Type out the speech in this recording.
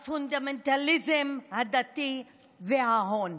הפונדמנטליזם הדתי וההון.